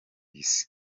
isi